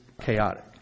chaotic